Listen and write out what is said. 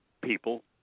people